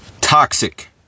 Toxic